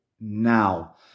now